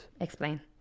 explain